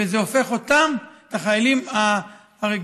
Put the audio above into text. וזה הופך אותם, את החיילים הרגילים,